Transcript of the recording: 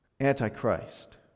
Antichrist